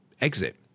exit